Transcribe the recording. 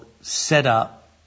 setup